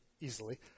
easily